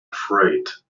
afraid